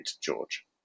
George